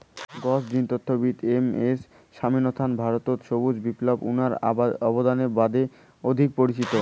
গছ জিনতত্ত্ববিদ M S Swaminathan ভারতত সবুজ বিপ্লবত উনার অবদানের বাদে অধিক পরিচিত